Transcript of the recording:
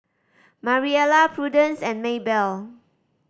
Mariela Prudence and Maybell